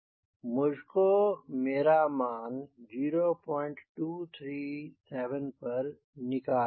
मुझको मेरा मान 0237 पर निकलना है